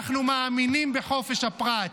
אנחנו מאמינים בחופש הפרט,